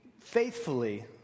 faithfully